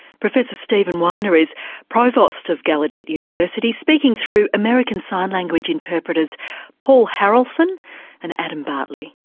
professor stephen weiner is provost of gallaudet university, speaking through american sign language interpreters paul harrelson and adam bartley.